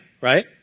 Right